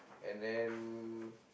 and then